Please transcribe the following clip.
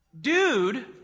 Dude